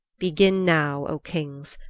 begin now, o kings,